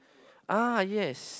ah yes